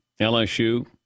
LSU